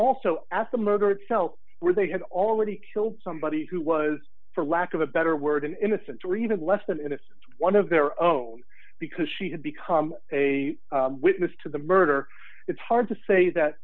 also at the murder itself where they had already killed somebody who was for lack of a better word an innocent or even less than innocent one of their own because she had become a witness to the murder it's hard to say that